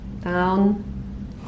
down